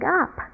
up